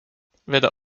veda